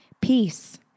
peace